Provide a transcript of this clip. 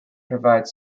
provides